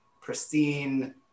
pristine